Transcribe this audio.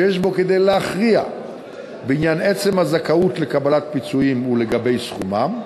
שיש בו כדי להכריע בעניין עצם הזכאות לקבלת פיצויים ולגבי סכומם,